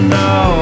now